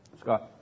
Scott